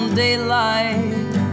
daylight